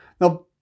Now